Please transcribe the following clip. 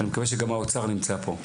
אני מקווה שגם האוצר נמצא פה.